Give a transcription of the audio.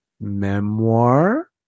Memoir